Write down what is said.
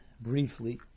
briefly